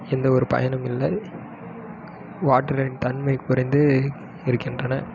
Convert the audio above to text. எந்தவொரு பயனும் இல்லை வாட்டரின் தன்மை குறைந்து இருக்கின்றன